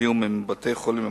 בתיאום עם בתי-החולים ומד"א,